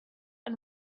and